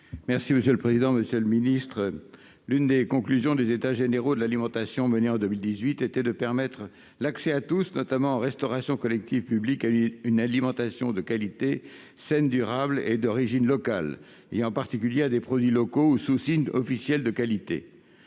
présenter l'amendement n° 316 rectifié. L'une des conclusions des États généraux de l'alimentation menés en 2018 était de permettre l'accès à tous, notamment dans le cadre de la restauration collective publique, à une alimentation de qualité, saine, durable et d'origine locale, en particulier à des produits locaux ou sous signes officiels de qualité.